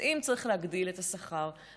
אם צריך להגדיל את השכר,